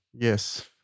Yes